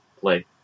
play